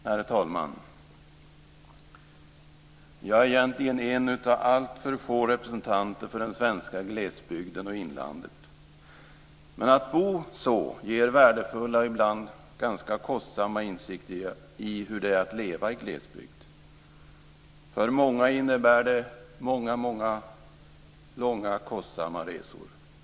Herr talman! Jag är egentligen en av alltför få representanter för den svenska glesbygden och inlandet. Att bo så ger värdefulla och ibland ganska kostsamma insikter i hur det är att leva i glesbygd. För många innebär det många, långa och kostsamma resor.